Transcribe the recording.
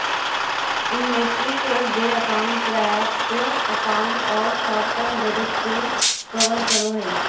inventory cash देय account प्राप्य account और शॉर्ट टर्म डेब्ट के कवर करो हइ